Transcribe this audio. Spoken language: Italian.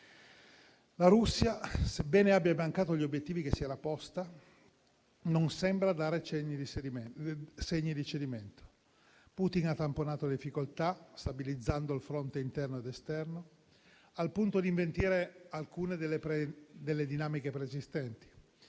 La Russia, sebbene abbia mancato gli obiettivi che si era posta, non sembra dare segni di cedimento. Putin ha tamponato le difficoltà stabilizzando il fronte interno ed esterno, al punto da invertire alcune delle dinamiche preesistenti.